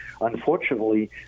Unfortunately